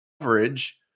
coverage